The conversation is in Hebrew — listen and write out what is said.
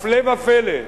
הפלא ופלא,